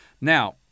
Now